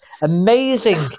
amazing